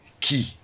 key